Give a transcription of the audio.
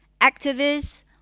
activists